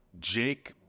Jake